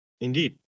Indeed